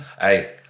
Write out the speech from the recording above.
Hey